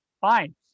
fine